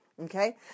okay